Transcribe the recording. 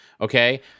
okay